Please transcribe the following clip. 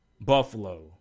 Buffalo